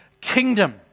kingdom